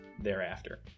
thereafter